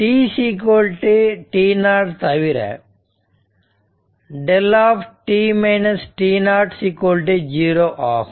t t0 தவிர δ 0 ஆகும்